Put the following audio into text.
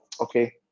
okay